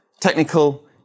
Technical